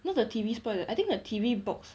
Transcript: not the T_V spoil I think the T_V box